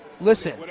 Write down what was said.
listen